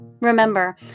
remember